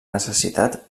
necessitat